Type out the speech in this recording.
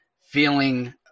feeling